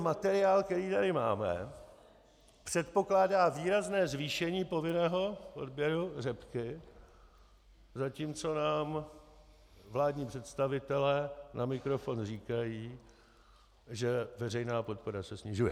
Materiál, který tady máme, předpokládá výrazné zvýšení povinného odběru řepky, zatímco nám vládní představitelé na mikrofon říkají, že veřejná podpora se snižuje.